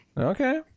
okay